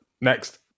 next